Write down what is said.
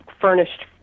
furnished